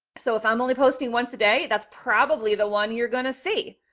so if i'm only posting once a day, that's probably the one you're going to see.